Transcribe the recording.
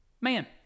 man